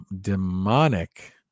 demonic